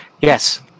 Yes